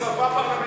זו שפה פרלמנטרית.